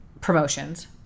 promotions